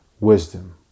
wisdom